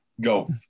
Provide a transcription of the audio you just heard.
Go